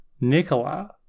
Nicola